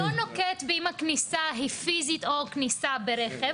הוא לא אומר אם הכניסה היא פיזית או כניסה ברכב,